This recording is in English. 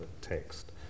text